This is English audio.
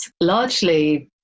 largely